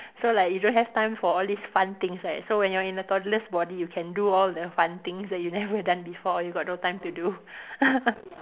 so like you don't have time for all these fun things right so when you're in a toddler's body you can do all the fun things that you never done before you got no time to do